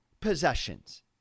possessions